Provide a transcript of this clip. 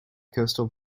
coastal